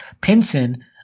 pinson